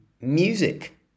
music